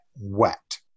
wet